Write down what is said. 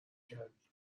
کردی